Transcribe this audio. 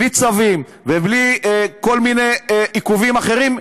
בלי צווים ובלי כל מיני עיכובים אחרים,